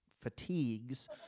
fatigues